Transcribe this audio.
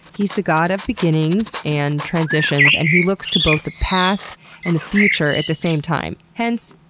he's the god of beginnings and transitions, and he looks to both the past and the future at the same time. hence,